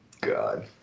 God